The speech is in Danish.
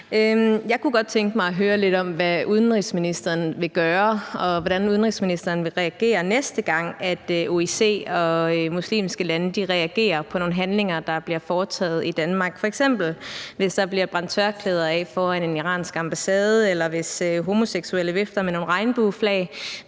Jeg kunne godt tænke mig at høre lidt om, hvad udenrigsministeren vil gøre, og hvordan udenrigsministeren vil reagere, næste gang OIC og de muslimske lande reagerer på nogle handlinger, der bliver foretaget i Danmark, f.eks. hvis der bliver brændt tørklæder af foran den iranske ambassade eller hvis homoseksuelle vifter med nogle regnbueflag